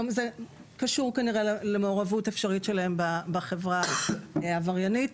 זה קשור כנראה למעורבות אפשרית שלהם בחברה העבריינית.